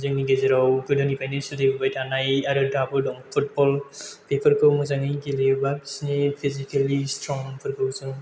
जोंनि गेजेराव गोदोनिफ्रायनो सोलिबोबाय थानाय आरो दाबो दं फुटबल बेफोरखौ मोजाङै गेलेयोबा बिसोरनि फिजिकेलि स्ट्रंफोरखौ जों